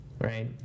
right